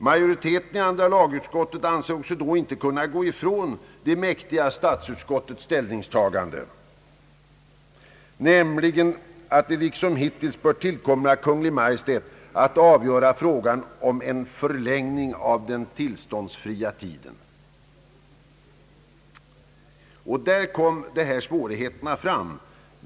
Majoriteten i andra lagutskottet ansåg sig då inte kunna avvika från det mäktiga statsutskottets ställningstagande, nämligen att det liksom hittills bör tillkomma Kungl. Maj:t att avgöra frågor om förlängning av den tillståndsfria tiden. Det var på den punkten svårigheterna uppstod.